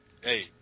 hey